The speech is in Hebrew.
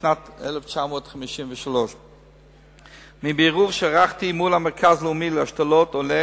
בשנת 1953. מבירור שערכתי מול המרכז הלאומי להשתלות עולה